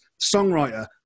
songwriter